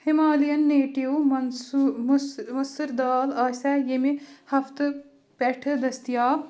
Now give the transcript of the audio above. Himalayan native منسوٗ مُسہٕ مُسٕر دال آسیٚا ییٚمہِ ہفتہٕ پٮ۪ٹھٕ دٔستِیاب